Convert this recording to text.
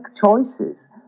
choices